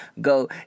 go